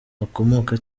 bakomoka